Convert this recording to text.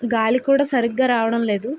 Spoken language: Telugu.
గాలి కూడా సరిగ్గా రావడం లేదు